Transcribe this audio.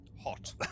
hot